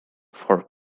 for